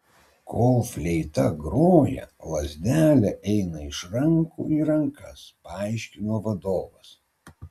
kol fleita groja lazdelė eina iš rankų į rankas paaiškino vadovas